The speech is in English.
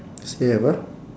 still have ah